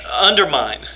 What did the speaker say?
undermine